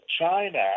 China